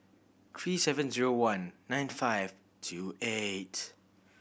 three seven zero one nine five two eight